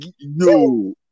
no